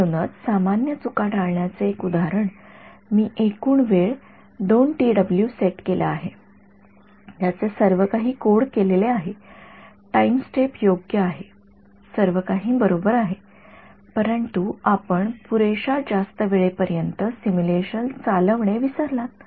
म्हणूनच सामान्य चुका टाळण्याचे एक उदाहरण मी एकूण वेळ सेट केला आहे त्याचे सर्व काही कोड केलेले आहे टाईम स्टेप योग्य आहे सर्वकाही बरोबर आहे परंतु आपण पुरेश्या जास्त वेळे पर्यंत सिम्युलेशन चालविणे विसरलात